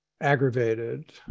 aggravated